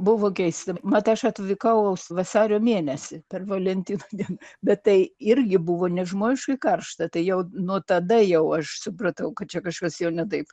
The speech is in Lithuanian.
buvo keista mat aš atvykau vasario mėnesį per valentino dien bet tai irgi buvo nežmoniškai karšta tai jau nuo tada jau aš supratau kad čia kažkas jau ne taip